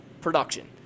production